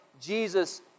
Jesus